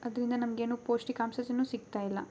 ಅದರಿಂದ ನಮಗೇನು ಪೌಷ್ಟಿಕಾಂಶನು ಸಿಗ್ತಾ ಇಲ್ಲ